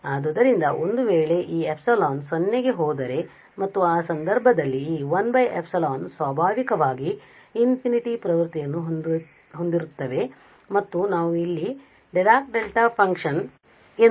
ಆದ್ದರಿಂದ ಒಂದುವೇಳೆ ಈ ε 0 ಗೆ ಹೋದರೆ ಮತ್ತು ಆ ಸಂದರ್ಭದಲ್ಲಿ ಈ 1 ε ಸ್ವಾಭಾವಿಕವಾಗಿ ∞ ಪ್ರವೃತ್ತಿಯನ್ನು ಹೊಂದಿರುತ್ತವೆ ಮತ್ತು ನಾವು ಇಲ್ಲಿ Dirac delta function Dirac Delta function